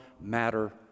matter